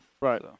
Right